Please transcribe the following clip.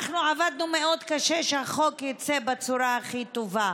אנחנו עבדנו מאוד קשה שהחוק יצא בצורה הכי טובה.